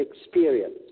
experience